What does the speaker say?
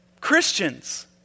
Christians